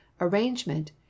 arrangement